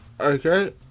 Okay